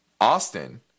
Austin